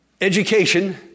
education